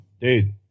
dude